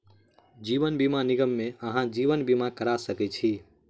जीवन बीमा निगम मे अहाँ जीवन बीमा करा सकै छी